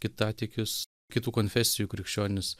kitatikius kitų konfesijų krikščionis